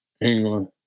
England